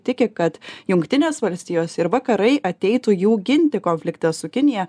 tiki kad jungtinės valstijos ir vakarai ateitų jų ginti konflikte su kinija